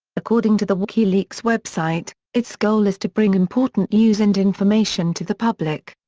according to the wikileaks website, its goal is to bring important news and information to the public.